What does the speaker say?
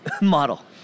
model